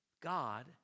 God